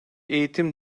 eğitim